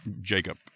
Jacob